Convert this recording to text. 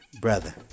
brother